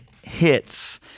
hits